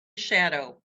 shadow